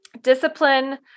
discipline